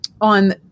on